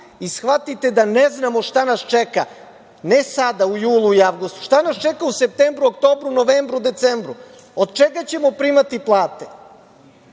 i shvatite da ne znamo šta nas čeka. Ne sada u julu i avgustu, šta nas čeka u septembru, oktobru, novembru, decembru? Od čega ćemo primati plate?